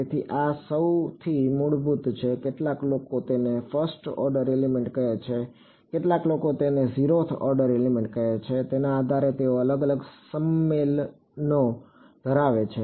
તેથી આ સૌથી મૂળભૂત છે કેટલાક લોકો તેને ફર્સ્ટ ઓર્ડર એલિમેન્ટ કહે છે કેટલાક લોકો તેને ઝીરોથ ઓર્ડર એલિમેન્ટ કહે છે તેના આધારે તેઓ અલગ અલગ સંમેલનો ધરાવે છે